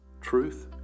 truth